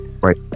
Right